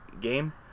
game